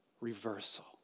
reversal